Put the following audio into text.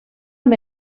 amb